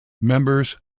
members